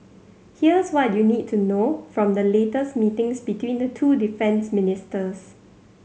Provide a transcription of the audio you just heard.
here's what you need to know from the latest meetings between the two defence ministers